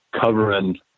covering